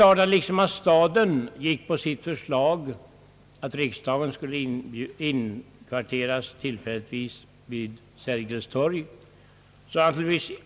Staden gick alltså på sitt förslag att riksdagen skulle inkvarteras tillfälligtvis vid Sergels torg.